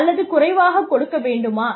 அல்லது குறைவாக கொடுக்க வேண்டுமா